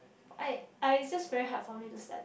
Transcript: I I just very hard for me to start